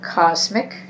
cosmic